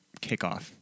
kickoff